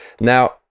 Now